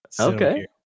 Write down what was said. Okay